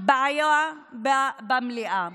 בעיה במליאה.